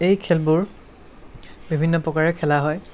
এই খেলবোৰ বিভিন্ন প্ৰকাৰে খেলা হয়